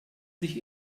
sich